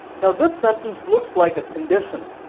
now, this sentence looks like a conditional,